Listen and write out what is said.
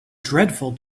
dreadful